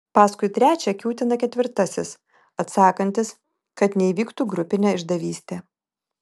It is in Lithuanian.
paskui trečią kiūtina ketvirtasis atsakantis kad neįvyktų grupinė išdavystė